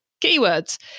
keywords